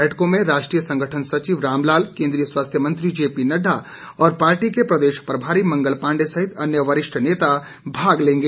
बैठकों में राष्ट्रीय संगठन सचिव रामलाल कोन्द्रीय स्वास्थ्य मंत्री जेपीनड्डा और पार्टी के प्रदेश प्रभारी मंगल पांडे सहित अन्य वरिष्ठ नेता भाग लेंगे